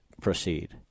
proceed